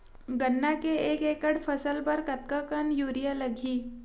गन्ना के एक एकड़ फसल बर कतका कन यूरिया लगही?